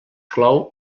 clou